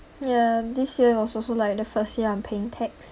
ya this year was also like the first year I'm paying tax